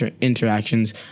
interactions